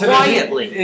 Quietly